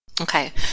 okay